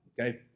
okay